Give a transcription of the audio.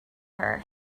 her